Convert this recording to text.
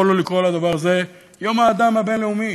יכולנו לקרוא לדבר הזה יום האדם הבין-לאומי,